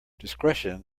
discretion